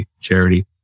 charity